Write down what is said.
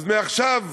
אז מעכשיו,